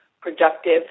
productive